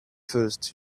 first